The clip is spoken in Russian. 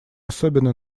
особо